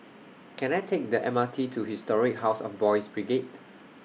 Can I Take The M R T to Historic House of Boys' Brigade